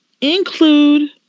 include